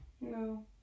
No